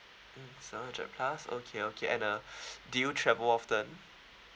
mm seven hundred plus okay okay and uh do you travel often